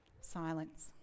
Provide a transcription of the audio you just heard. silence